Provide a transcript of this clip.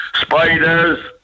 Spiders